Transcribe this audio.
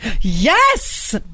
Yes